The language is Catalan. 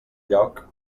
lloc